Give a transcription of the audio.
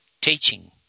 teaching